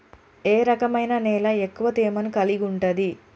ఏ రకమైన నేల ఎక్కువ తేమను కలిగుంటది?